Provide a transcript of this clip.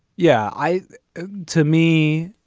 yeah. i to me,